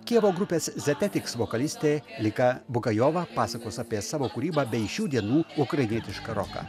kijevo grupės zepetiks vokalistė lika bukajova pasakos apie savo kūrybą bei šių dienų ukrainietišką roką